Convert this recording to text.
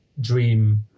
dream